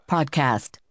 Podcast